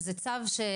זה צו.